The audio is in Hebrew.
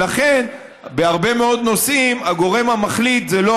ולכן בהרבה מאוד נושאים הגורם המחליט זה לא